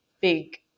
big